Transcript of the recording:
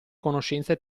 conoscenze